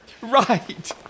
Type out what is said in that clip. right